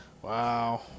Wow